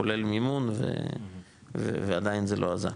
כולל מימון ועדיין זה לא עזר.